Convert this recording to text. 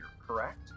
correct